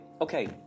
Okay